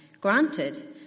Granted